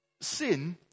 sin